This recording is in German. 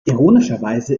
ironischerweise